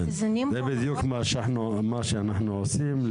זה בדיוק מה שאנחנו עושים.